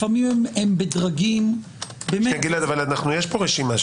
לפעמים הם בדרגים -- אבל, גלעד, יש פה רשימה.